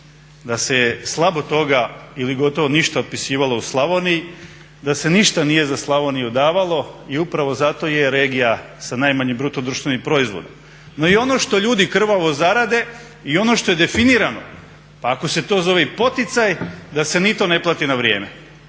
Da se je slabo toga ili gotovo ništa otpisivalo u Slavoniji, da se ništa nije za Slavoniju davalo i upravo zato je regija sa najmanjim BDP-om. No, i ono što ljudi krvavo zarade i ono što je definirano, pa ako se to zove i poticaj, da se ni to ne plati na vrijeme.